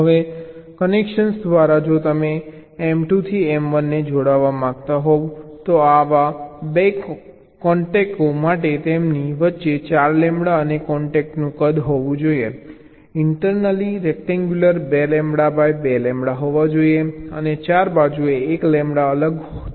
હવે કનેક્શન દ્વારા જો તમે M2 થી M1 ને જોડવા માંગતા હોય તો આવા 2 કોન્ટેકો માટે તેમની વચ્ચે 4 લેમ્બડા અને કોન્ટેકનું કદ હોવું જોઈએ internally rectangular 2 lambda by 2 lambda હોવો જોઈએ અને 4 બાજુએ 1 લેમ્બડા અલગ થવું જોઈએ